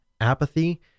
apathy